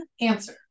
answer